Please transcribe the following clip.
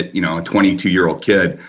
you know a twenty two year old kid,